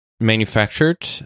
manufactured